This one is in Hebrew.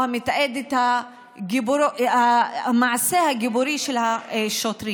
או המתעד את מעשה הגבורה של השוטרים.